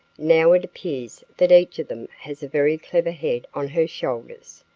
now it appears that each of them has a very clever head on her shoulders.